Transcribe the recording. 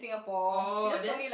oh then